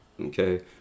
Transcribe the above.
okay